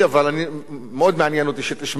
אבל מאוד מעניין אותי שתשמע,